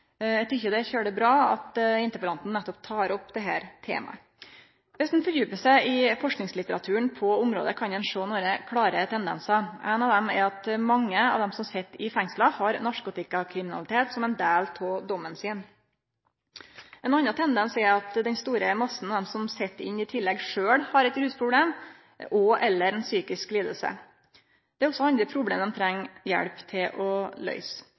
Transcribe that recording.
Eg tykkjer det er veldig bra at interpellanten tek opp nettopp dette temaet. Viss ein fordjupar seg i forskingslitteraturen på dette området, kan ein sjå nokre klare tendensar. Ein av dei er at mange av dei som sit i fengsel, har narkotikakriminalitet som ein del av dommen sin. Ein annan tendens er at den store massen av dei som sit inne, i tillegg sjølve har eit rusproblem og/eller ei psykisk liding. Det er også andre problem dei treng hjelp til å løyse,